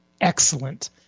excellent